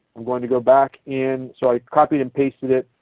going to go back in. so i copied and pasted it.